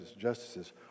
justices